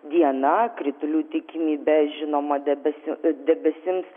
diena kritulių tikimybė žinoma debesi debesims